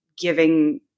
giving